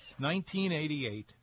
1988